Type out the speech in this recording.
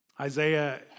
Isaiah